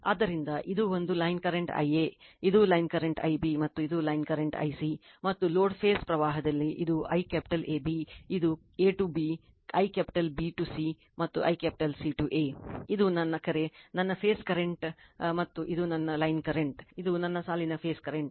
ಆದ್ದರಿಂದ ಇದು ಒಂದು ಲೈನ್ ಕರೆಂಟ್ Ia ಇದು ಲೈನ್ ಕರೆಂಟ್ Ib ಮತ್ತು ಇದು ಲೈನ್ ಕರೆಂಟ್ I c ಮತ್ತು ಲೋಡ್ ಫೇಸ್ ಪ್ರವಾಹದಲ್ಲಿ ಇದು I ಕ್ಯಾಪಿಟಲ್ AB ಇದು A to B I capital B to C ಮತ್ತು I capital C to A ಇದು ನನ್ನ ಕರೆ ನನ್ನ ಫೇಸ್ ಕರೆಂಟ್ ಮತ್ತು ಇದು ನನ್ನ ಲೈನ್ ಕರೆಂಟ್ ಇದು ನನ್ನ ಸಾಲಿನ ಫೇಸ್ ಕರೆಂಟ್